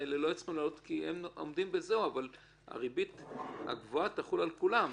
אבל הריבית הגבוהה תחול על כולם,